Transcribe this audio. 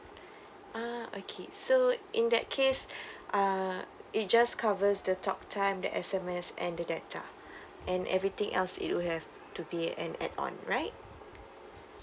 ah okay so in that case uh it just covers the talk time that S_M_S and the data and everything else it would have to be an add on right